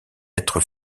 être